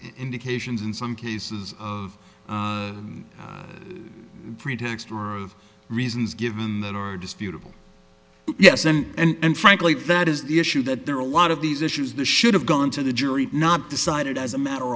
indications in some cases of pretext or of reasons given that are just beautiful yes and frankly that is the issue that there are a lot of these issues that should have gone to the jury not decided as a matter